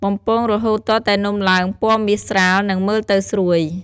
បំពងរហូតទាល់តែនំឡើង ពណ៌មាសស្រាល និងមើលទៅស្រួយ។